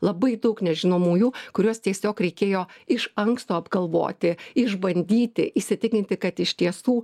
labai daug nežinomųjų kuriuos tiesiog reikėjo iš anksto apgalvoti išbandyti įsitikinti kad iš tiesų